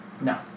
No